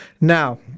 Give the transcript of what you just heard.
Now